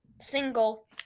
single